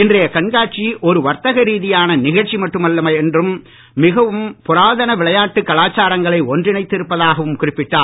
இன்றைய கண்காட்சி ஒரு வர்த்தக ரீதியான நிகழ்ச்சி மட்டுமல்ல என்றும் மிகவும் புராதன விளையாட்டு கலாச்சாரங்களை ஒன்றிணைத்து இருப்பதாகவும் குறிப்பிட்டார்